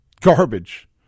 garbage